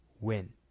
win